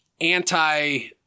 anti